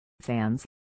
fans